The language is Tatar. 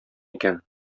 икән